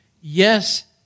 yes